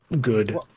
good